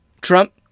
Trump